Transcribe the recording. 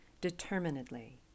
determinedly